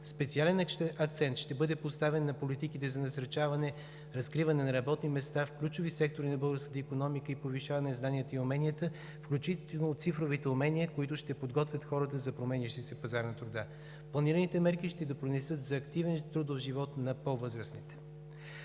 Специален акцент ще бъде поставен на политиките за насърчаване, разкриване на работни места в ключови сектори на българската икономика и повишаване знанията и уменията, включително цифровите умения, които ще подготвят хората за променящия се пазар на труда. Планираните мерки ще допринесат за активен трудов живот на по-възрастните.